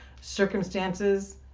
circumstances